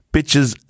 Bitches